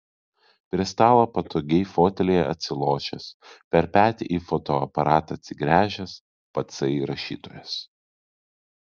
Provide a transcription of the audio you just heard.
prie stalo patogiai fotelyje atsilošęs per petį į fotoaparatą atsigręžęs patsai rašytojas